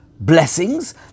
blessings